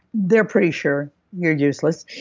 they're pretty sure you're useless.